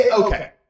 okay